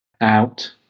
Out